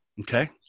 okay